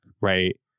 right